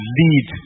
lead